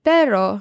Pero